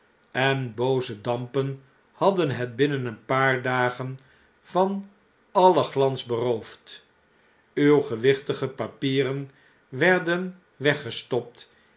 en booze dampen hadden het binnen een paar dagen van alien glans beroofd uwe gewichtige papieren werden weggestopt